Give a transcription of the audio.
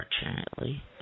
Unfortunately